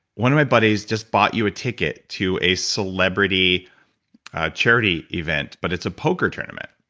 one of my buddies just bought you a ticket to a celebrity charity event but it's a poker tournament.